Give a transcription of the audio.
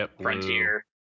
Frontier